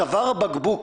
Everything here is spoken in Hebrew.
צוואר הבקבוק